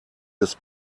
des